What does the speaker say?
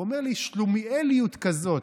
והוא אומר לי: שלומיאליות כזאת,